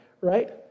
Right